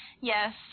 Yes